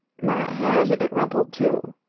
my hair's a bit rumpled, too.